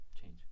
change